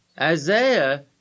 Isaiah